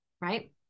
Right